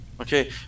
Okay